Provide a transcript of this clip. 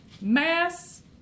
mass